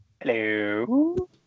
Hello